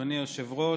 אדוני היושב-ראש,